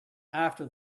after